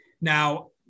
Now